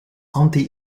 anti